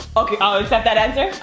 okay, i'll except that answer.